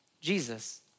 Jesus